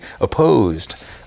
opposed